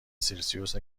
سلسیوس